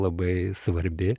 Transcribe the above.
labai svarbi